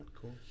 Cool